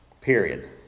period